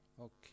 Okay